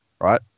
Right